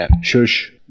Shush